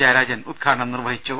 ജയരാജൻ ഉദ്ഘാടനം നിർവഹിച്ചു